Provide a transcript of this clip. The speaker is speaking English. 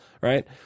right